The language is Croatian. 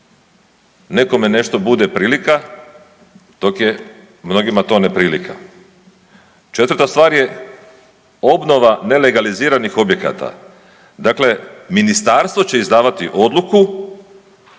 nekome nešto bude prilika dok je mnogima to neprilika. Četvrta stvar je obnova nelegaliziranih objekata, dakle ministarstvo će izdavati odluku